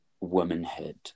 womanhood